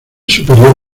superior